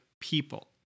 people